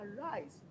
arise